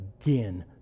again